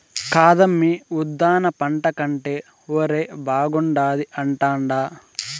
కాదమ్మీ ఉద్దాన పంట కంటే ఒరే బాగుండాది అంటాండా